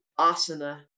asana